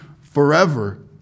forever